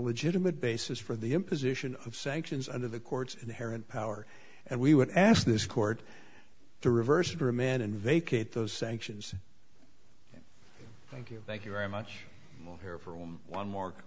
legitimate basis for the imposition of sanctions under the court's inherent power and we would ask this court to reverse remand and vacate those sanctions thank you thank you very much more here for one m